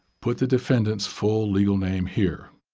put the defendant's full legal name here.